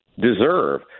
deserve